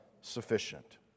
sufficient